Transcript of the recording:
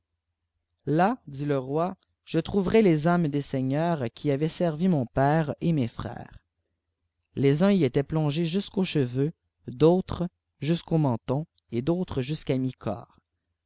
là dit le roi je trouverai les âmes des seignews qui avaient servi mon père et mes frères les uns y étaient plongés jusqu'aux cheveux d'autres jusqu'au menton et d'autres jusqu'à mi-corps